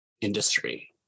industry